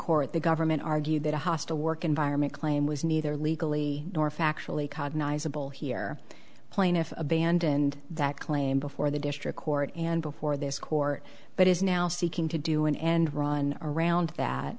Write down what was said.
court the government argued that a hostile work environment claim was neither legally nor factually cognize a bill here plaintiff abandoned that claim before the district court and before this court but is now seeking to do an end run around that